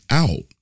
out